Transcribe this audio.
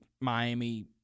Miami